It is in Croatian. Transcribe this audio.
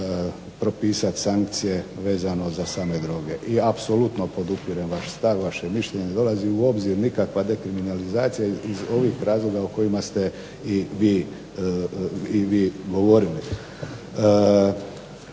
propisat sankcije vezano za same droge. I apsolutno podupirem vaš stav, vaše mišljenje. Ne dolazi u obzir nikakva dekriminalizacija iz ovih razloga o kojima ste i vi govorili.